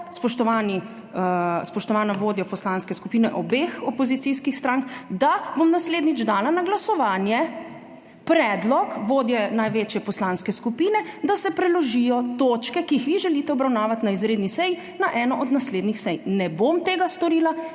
spoštovana vodja poslanske skupine obeh opozicijskih strank, da bom naslednjič dala na glasovanje predlog, vodja največje poslanske skupine, da se preložijo točke, ki jih vi želite obravnavati na izredni seji na eno od naslednjih sej. Ne bom tega storila,